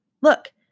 Look